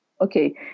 okay